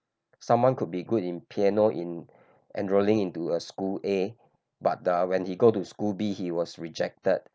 someone could be good in piano in enrolling into a school A but uh when he go to school B he was rejected